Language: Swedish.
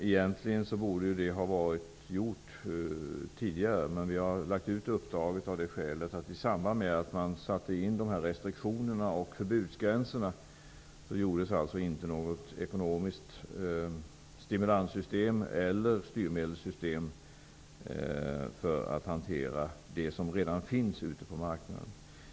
Det borde egentligen ha gjorts tidigare, men vi har lagt ut uppdraget därför att det i samband med att restriktionerna och förbudsgränserna sattes in inte bildades något ekonomiskt stimulanssystem eller styrmedelssystem, som kunde hantera det som redan finns ute på marknaden.